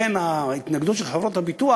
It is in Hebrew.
לכן ההתנגדות של חברות הביטוח,